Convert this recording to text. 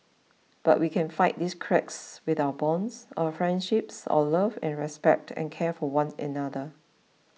but we can fight these cracks with our bonds our friendships our love and respect and care for one another